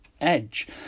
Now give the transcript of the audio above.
Edge